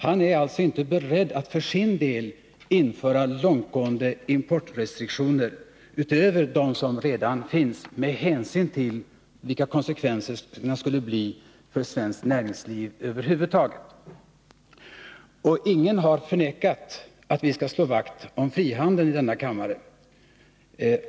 Han är för sin del inte beredd att införa några långtgående importrestriktioner utöver dem som redan finns med hänsyn till just dessa konsekvenser. Ingen i denna kammare har förnekat att vi skall slå vakt om frihandeln.